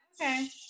okay